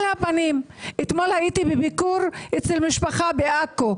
אתמול הייתי בביקור אצל משפחה בעכו: